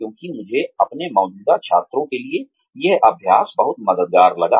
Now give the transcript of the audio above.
क्योंकि मुझे अपने मौजूदा छात्रों के लिए यह अभ्यास बहुत मददगार लगा